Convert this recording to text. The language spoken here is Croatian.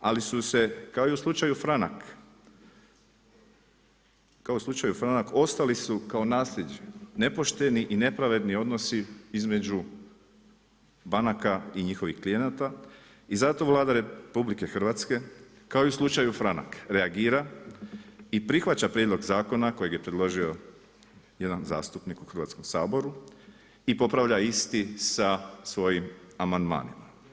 Ali su se kao i u slučaju Franak, ostali su kao nasljeđe nepošteni i nepravedni odnosi između banaka i njihovih klijenata i zato Vlada RH kao i u slučaju Franak, reagira i prihvaća prijedlog zakona kojeg je predložio jedan zastupnik u Hrvatskom saboru i popravlja isti sa svojim amandmanima.